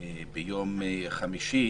ביום חמישי,